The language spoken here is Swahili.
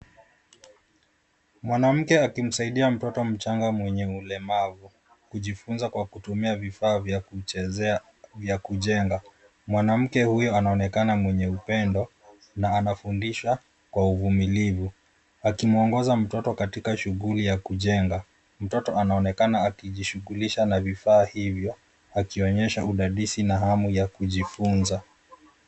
Mwanamke akimsaidia mtoto mchanga mwenye ulemavu, kujifunza kwa kutumia vifaa vya kuchezea vya kujenga. Mwanamke huyo anaonekana mwenye upendo na anafundisha kwa uvumilivu. Akimwongoza mtoto katika shughuli ya kujenga. Mtoto anaonekana akijishughulisha na vifaa hivyo, akionyesha udadisi na hamu ya kujifunza.